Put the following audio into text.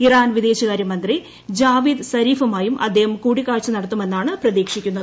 Iran വിദേശകാര്യ മന്ത്രി Javad സരീഫുമായും അദ്ദേഹം കൂടിക്കാഴ്ച നടത്തുമെന്ന് പ്രതീക്ഷിക്കുന്നു